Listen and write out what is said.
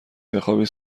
بخوابی